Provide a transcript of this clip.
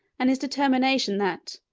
and his determination that,